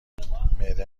معده